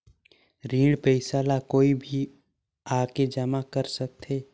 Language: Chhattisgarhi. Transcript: ऋण पईसा ला कोई भी आके जमा कर सकथे?